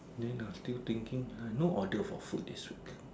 then I still thinking ah no order for food this week